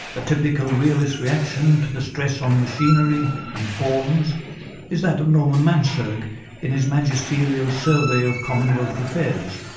a typical realist reaction to the stress on machinery and forms is that of norman mansergh in his magisterial survey of commonwealth affairs,